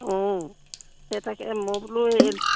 অঁ সেই তাকে মই বোলো এই